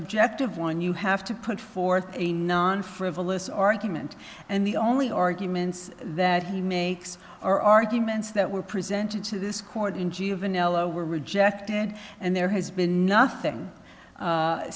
objective one you have to put forth a non frivolous argument and the only arguments that he makes or arguments that were presented to this court in juvenile o were rejected and there has been nothing